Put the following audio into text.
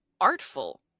artful